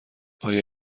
آیا